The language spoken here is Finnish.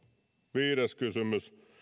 viides kysymys